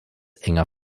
enger